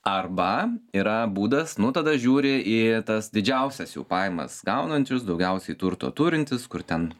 arba yra būdas nu tada žiūri į tas didžiausias jau pajamas gaunančius daugiausiai turto turintis kur ten